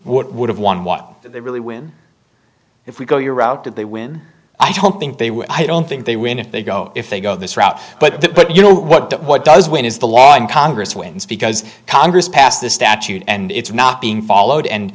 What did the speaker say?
what would have won what they really win if we go your route did they win i don't think they were i don't think they win if they go if they go this route but that but you know what what does when is the law in congress wins because congress passed this statute and it's not being followed and